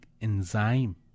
enzyme